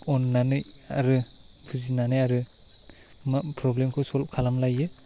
अन्नानै आरो बुजिनानै आरो मा प्रब्लेम खौ सलब खालाम लायो